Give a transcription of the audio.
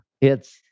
It's-